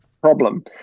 problem